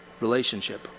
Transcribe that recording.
relationship